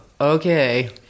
okay